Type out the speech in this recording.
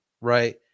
Right